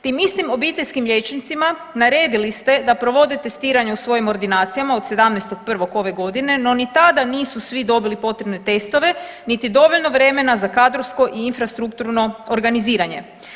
Tim istim obiteljskim liječnicima naredili ste da provode testiranje u svojim ordinacijama od 17.1. ove godine no ni tada nisu svi dobili potrebne testove niti dovoljno vremena za kadrovsko i infrastrukturno organiziranje.